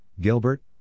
Gilbert